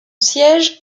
siège